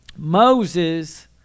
Moses